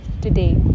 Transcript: today